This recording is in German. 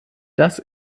das